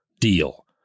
deal